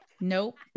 Nope